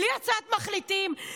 בלי הצעת מחליטים,